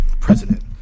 president